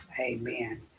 amen